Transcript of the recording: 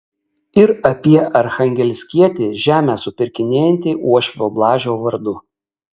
ir apie archangelskietį žemę supirkinėjantį uošvio blažio vardu